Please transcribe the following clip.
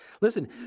Listen